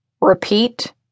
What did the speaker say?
repeat